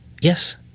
Yes